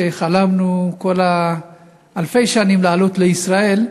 שחלמנו אלפי שנים לעלות לישראל,